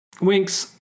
Wink's